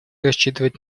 рассчитывать